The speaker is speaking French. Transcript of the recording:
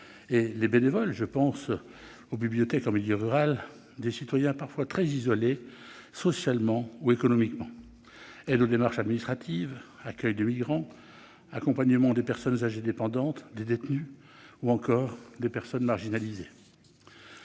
et les bénévoles permettent d'animer la vie locale et d'accompagner des citoyens parfois très isolés socialement ou économiquement : aide aux démarches administratives, accueil des migrants, accompagnement des personnes âgées dépendantes, des détenus ou encore des personnes marginalisées